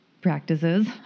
practices